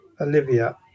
Olivia